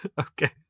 Okay